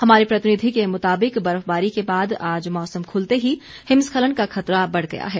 हमारे प्रतिनिधि के मुताबिक बर्फबारी के बाद आज मौसम खुलते ही हिमस्खलन का खतरा बढ़ गया है